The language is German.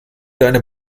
deine